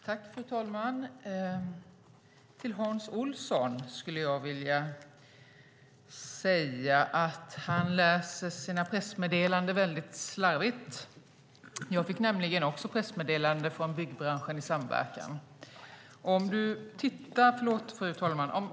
Fru talman! Till Hans Olsson skulle jag vilja säga att han läser pressmeddelanden väldigt slarvigt. Jag fick nämligen också pressmeddelandet från Byggbranschen i samverkan.